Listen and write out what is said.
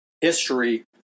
history